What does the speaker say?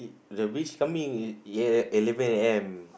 the beachcombing e~ eleven A_M